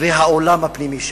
והעולם הפנימי שלו,